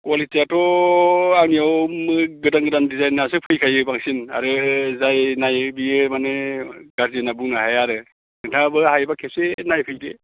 कवालिटियाथ' आंनियाव गोदान गोदान डिजाइनयासो फैखायो बांसिन आरो जाय नाइयो बेयो माने गाज्रि होन्ना बुंनो हाया आरो नोंथाङाबो हायोबा खेबसे नायफैदो